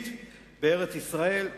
יהודית בארץ-ישראל.